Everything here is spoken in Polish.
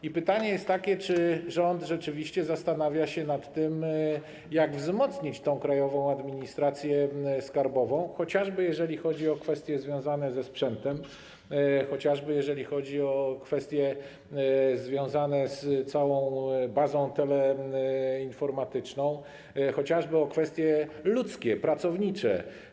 I pytanie jest takie, czy rząd rzeczywiście zastanawia się nad tym, jak wzmocnić Krajową Administrację Skarbową, chociażby jeżeli chodzi o kwestie związane ze sprzętem, jeżeli chodzi o kwestie związane z całą bazą teleinformatyczną, o kwestie ludzkie, pracownicze.